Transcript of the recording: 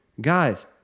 Guys